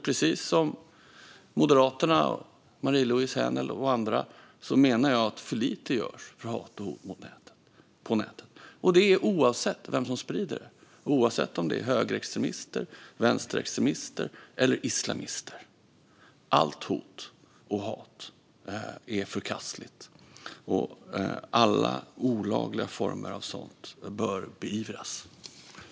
Precis som Moderaternas Marie-Louise Hänel Sandström och andra menar jag att för lite görs mot hat och hot på nätet. Och det gäller oavsett vem som sprider det, det vill säga oavsett om det är högerextremister, vänsterextremister eller islamister. Alla hot och allt hat är förkastligt, och alla olagliga former av sådant bör beivras.